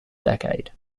decade